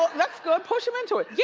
that's good! push him into it. yeah